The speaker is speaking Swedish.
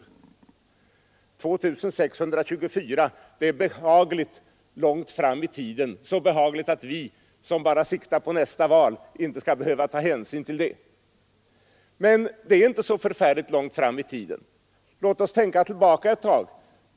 År 2624 är behagligt långt fram i tiden, så behagligt att vi, som bara siktar på nästa val, inte skall behöva ta hänsyn till det. Men det är inte så förfärligt långt fram i tiden. Låt oss tänka tillbaka ett tag.